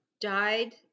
died